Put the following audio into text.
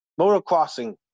motocrossing